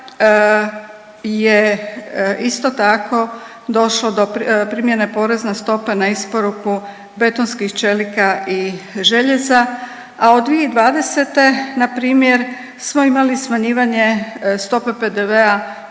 je isto tako došlo do primjene porezne stope na isporuku betonskih čelika i željeza, a od 2020. npr. smo imali smanjivanje stope PDV-a